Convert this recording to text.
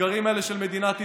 באתגרים האלה של מדינת ישראל.